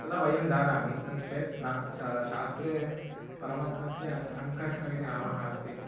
तदा वयं जानामि इति चेत् न शा शास्त्रे परमात्मस्य सङ्कर्षणम् इति नाम अस्ति